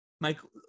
michael